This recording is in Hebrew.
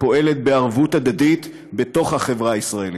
הפועלת בערבות הדדית בתוך החברה הישראלית.